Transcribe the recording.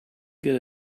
get